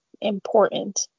important